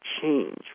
change